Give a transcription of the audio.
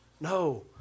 No